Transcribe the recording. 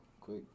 quick